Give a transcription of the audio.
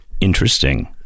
Interesting